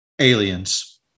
Aliens